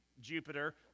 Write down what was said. Jupiter